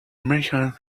merchant